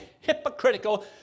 hypocritical